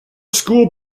school